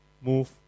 move